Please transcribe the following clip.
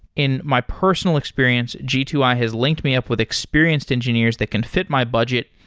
in my personal experience, g two i has linked me up with experienced engineers that can fit my budget,